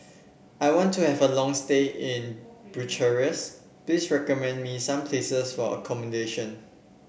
I want to have a long stay in Bucharest please recommend me some places for accommodation